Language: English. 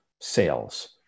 sales